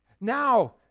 now